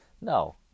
No